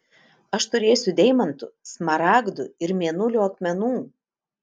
aš turėsiu deimantų smaragdų ir mėnulio akmenų